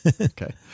Okay